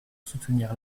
soutenir